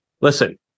listen